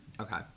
Okay